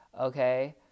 okay